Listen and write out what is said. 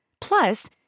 Plus